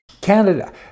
Canada